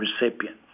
recipient